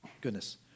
goodness